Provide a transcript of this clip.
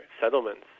settlements